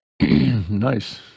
Nice